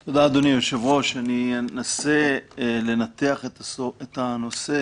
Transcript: תודה, אדוני היושב-ראש, אני אנסה לנתח את הנושא